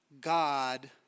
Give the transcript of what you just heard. God